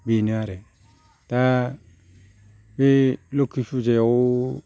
बेनो आरो दा बै लोखि फुजायाव